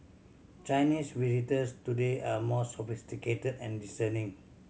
Chinese visitors today are more sophisticated and discerning